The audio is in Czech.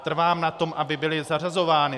Trvám na tom, aby byly zařazovány.